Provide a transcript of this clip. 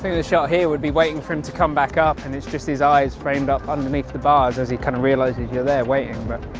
the shot here would be waiting for him to come back up and it's just his eyes framed up underneath the bars as he kind of realizes here. they're waiting but